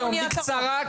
בקצרה,